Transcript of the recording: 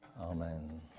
Amen